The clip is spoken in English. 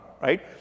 right